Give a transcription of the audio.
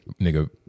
nigga